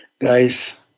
Guys